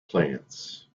plants